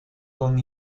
con